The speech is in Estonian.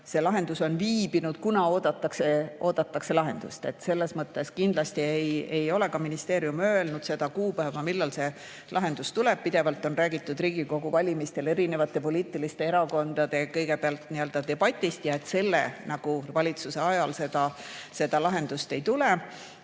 see lahendus on viibinud, kuna oodatakse lahendust. Selles mõttes kindlasti ei ole ministeerium öelnud seda kuupäeva, millal see lahendus tuleb. Pidevalt on räägitud Riigikogu valimistel erinevate poliitiliste erakondade debatist ja et selle valitsuse ajal seda lahendust ei tule.